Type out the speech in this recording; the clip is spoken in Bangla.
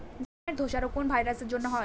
গমের ধসা রোগ কোন ভাইরাস এর জন্য হয়?